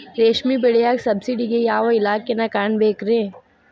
ರೇಷ್ಮಿ ಬೆಳಿಯಾಕ ಸಬ್ಸಿಡಿಗೆ ಯಾವ ಇಲಾಖೆನ ಕಾಣಬೇಕ್ರೇ?